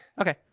Okay